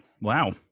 Wow